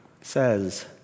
says